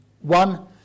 One